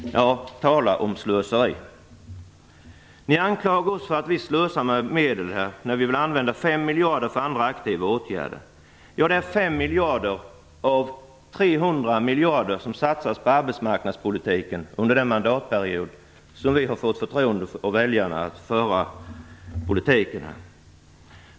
Tala om slöseri! Ni anklagar oss också för att slösa med medel när vi vill använda 5 miljarder för andra aktiva åtgärder. Det är 5 miljarder av 300 miljarder som satsas på arbetsmarknadspolitiken under den mandatperiod som vi har fått förtroendet av väljarna att föra politiken.